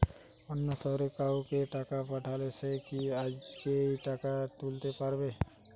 অন্য শহরের কাউকে টাকা পাঠালে সে কি আজকেই টাকা তুলতে পারবে?